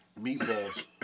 Meatballs